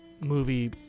movie